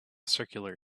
circular